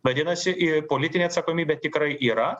vadinasi ir politinė atsakomybė tikrai yra